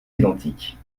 identiques